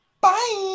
Bye